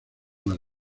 más